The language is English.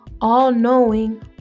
all-knowing